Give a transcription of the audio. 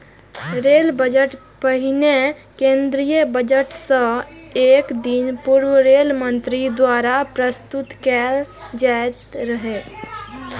rail budget पहिने केंद्रीय budget सं एक दिन पूर्व रेल मंत्री द्वारा प्रस्तुत कैल जाइत रहै